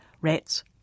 rats